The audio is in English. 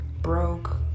Broke